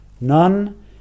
None